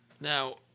Now